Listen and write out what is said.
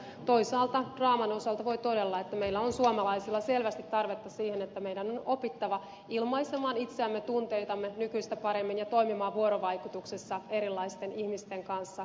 toisaalta draaman osalta voi todeta että meillä suomalaisilla on selvästi tarvetta siihen että meidän on opittava ilmaisemaan itseämme tunteitamme nykyistä paremmin ja toimimaan vuorovaikutuksessa erilaisten ihmisten kanssa